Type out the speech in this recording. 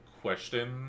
question